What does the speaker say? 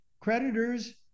creditors